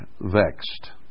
vexed